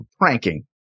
pranking